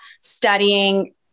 studying